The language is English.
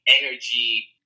energy